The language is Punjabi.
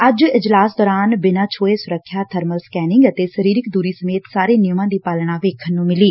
ਅੱਜ ਇਜਲਾਸ ਦੌਰਾਨ ਬਿਨਾਂ ਛੂਏ ਸੁਰੱਖਿਆ ਬਰਮਲ ਸੈਕਨਿੰਗ ਅਤੇ ਸਰੀਰਕ ਦੂਰੀ ਸਮੇਤ ਸਾਰੇ ਨਿਯਮਾਂ ਦੀ ਪਾਲਣਾ ਵੇਖਣ ਨੂੰ ਮਿਲੀ